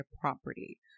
property